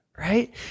Right